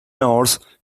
norse